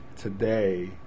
Today